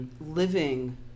living